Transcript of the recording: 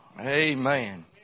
Amen